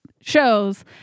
shows